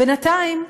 בינתיים,